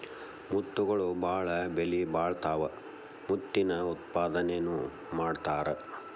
ಮುತ್ತುಗಳು ಬಾಳ ಬೆಲಿಬಾಳತಾವ ಮುತ್ತಿನ ಉತ್ಪಾದನೆನು ಮಾಡತಾರ